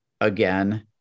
again